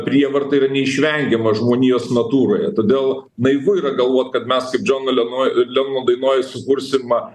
prievarta yra neišvengiama žmonijos natūroje todėl naivu yra galvot kad mes kaip džono lenoj lenono dainoj sukursim